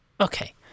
Okay